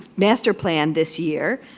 master plan this year.